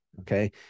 Okay